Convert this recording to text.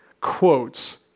quotes